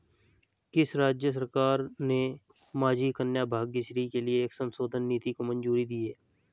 किस राज्य सरकार ने माझी कन्या भाग्यश्री के लिए एक संशोधित नीति को मंजूरी दी है?